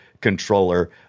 controller